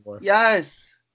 Yes